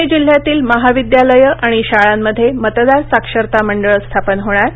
प्णे जिल्ह्यातील महाविद्यालयं आणि शाळांमध्ये मतदार साक्षरता मंडळं स्थापन होणार